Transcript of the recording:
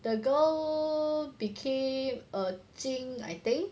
the girl became a 精 eh